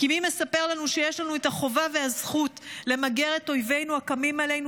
כי מי מספר לנו שיש לנו את החובה והזכות למגר את אויבינו הקמים עלינו?